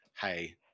hey